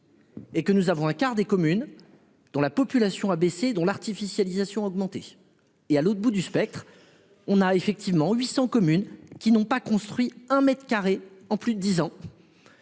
Et que nous avons un quart des communes dont la population a baissé dont l'artificialisation augmenter et à l'autre bout du spectre, on a effectivement 800 communes qui n'ont pas construit un mètre carré, en plus de 10 ans.